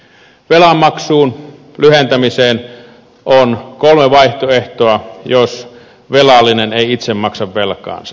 velanmaksuun lyhentämiseen on kolme vaihtoehtoa jos velallinen ei itse maksa velkaansa